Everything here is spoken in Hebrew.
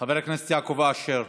חבר הכנסת יעקב אשר,